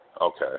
Okay